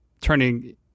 turning